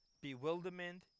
bewilderment